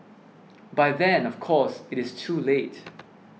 by then of course it is too late